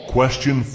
Question